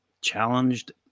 challenged